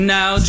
Now